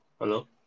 Hello